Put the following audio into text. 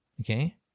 Okay